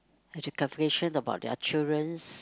have to calculation about their children's